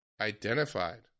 identified